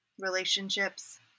relationships